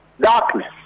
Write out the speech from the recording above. darkness